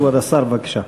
כבוד השר, בבקשה.